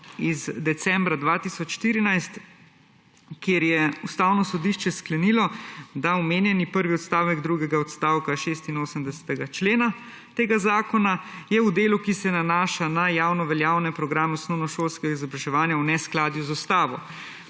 iz decembra 2014, v kateri je Ustavno sodišče sklenilo, da je omenjeni prvi stavek drugega odstavka 86. člena tega zakona v delu, ki se nanaša na javnoveljavne programe osnovnošolskega izobraževanja, v neskladju z ustavo.